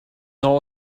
all